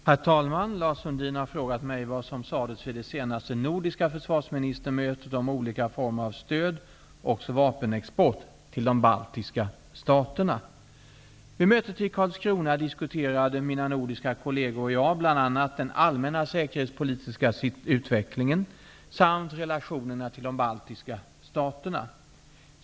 Herr talman! Lars Sundin har frågat mig vad som sades vid det senaste nordiska försvarsministermötet om olika former av stöd, också vapenexport, till de baltiska staterna. Vid mötet i Karlskrona diskuterade jag och mina nordiska kolleger bl.a. den allmänna säkerhetspolitiska utvecklingen samt relationerna till de baltiska staterna.